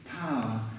power